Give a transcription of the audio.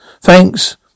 Thanks